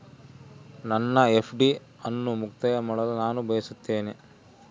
ನನ್ನ ಎಫ್.ಡಿ ಅನ್ನು ಮುಕ್ತಾಯ ಮಾಡಲು ನಾನು ಬಯಸುತ್ತೇನೆ